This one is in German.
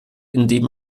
indem